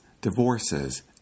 divorces